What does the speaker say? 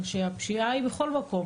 כי הפשיעה היא בכל מקום.